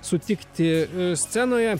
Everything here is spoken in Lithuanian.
sutikti scenoje